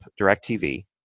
DirecTV